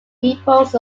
peoples